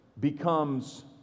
becomes